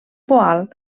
poal